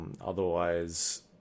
Otherwise